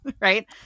Right